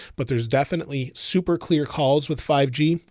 but there's definitely super clear calls with five g.